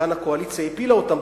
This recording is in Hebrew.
וכאן הקואליציה הפילה אותן,